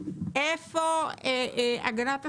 איפה הגנת הסביבה,